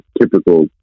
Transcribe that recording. typical